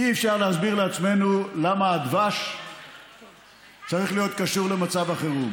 אי-אפשר להסביר לעצמנו למה הדבש צריך להיות קשור למצב החירום.